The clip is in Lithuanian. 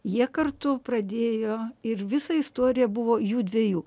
jie kartu pradėjo ir visa istorija buvo jų dviejų